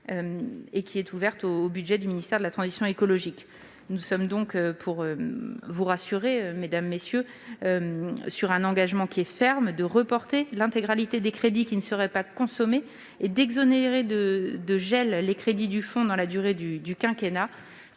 l'État et ouverte au budget du ministère de la transition écologique. Nous sommes donc- cela devrait vous rassurer -sur un engagement ferme de report de l'intégralité des crédits qui ne seraient pas consommés et d'exonération de gel des crédits du fonds dans la durée du quinquennat.